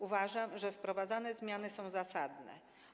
Uważam, że wprowadzane zmiany są zasadne.